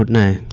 a a